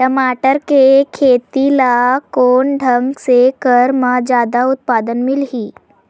टमाटर के खेती ला कोन ढंग से करे म जादा उत्पादन मिलही?